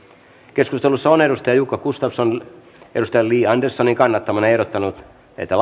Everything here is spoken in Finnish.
keskustelussa on jukka gustafsson li anderssonin kannattamana ehdottanut että